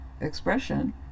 expression